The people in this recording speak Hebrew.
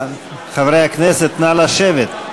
חברי הכנסת, נא לשבת.